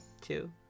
two